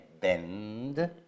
bend